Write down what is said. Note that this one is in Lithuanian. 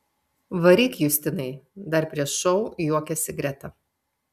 varyk justinai dar prieš šou juokėsi greta